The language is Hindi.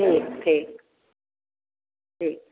ठीक ठीक